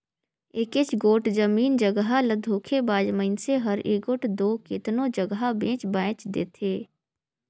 एकेच गोट जमीन जगहा ल धोखेबाज मइनसे हर एगोट दो केतनो जगहा बेंच बांएच देथे